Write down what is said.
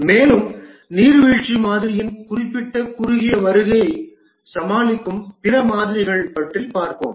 மேலும் நீர்வீழ்ச்சி மாதிரியின் குறிப்பிட்ட குறுகிய வருகையை சமாளிக்கும் பிற மாதிரிகள் பற்றி விவாதிப்போம்